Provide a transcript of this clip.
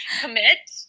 Commit